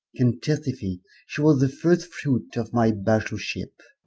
can testifie she was the first fruite of my bach'ler-ship